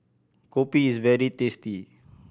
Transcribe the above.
kopi is very tasty